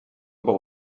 aber